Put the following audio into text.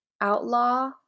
outlaw